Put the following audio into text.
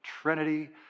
Trinity